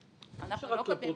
אנחנו לא כותבים